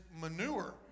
manure